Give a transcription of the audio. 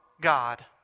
God